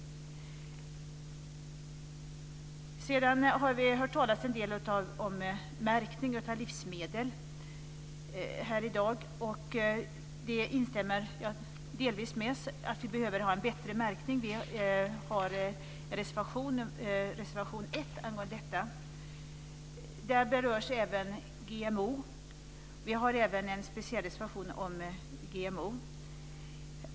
Sedan har vi hört talas en del om märkning av livsmedel här i dag, och jag instämmer delvis i att vi behöver ha en bättre märkning. Vi har reservation 1 angående detta. Där berörs även GMO. Vi har även en speciell reservation om GMO.